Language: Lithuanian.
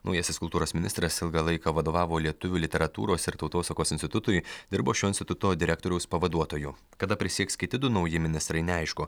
naujasis kultūros ministras ilgą laiką vadovavo lietuvių literatūros ir tautosakos institutui dirbo šio instituto direktoriaus pavaduotoju kada prisieks kiti du nauji ministrai neaišku